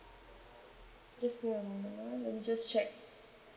just give me a moment ah let me just check